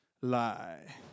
lie